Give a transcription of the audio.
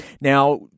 Now